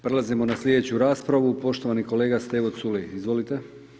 Prelazimo na slijedeću raspravu, poštovani kolega Stevo Culej, izvolite.